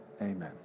Amen